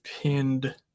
pinned